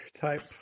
type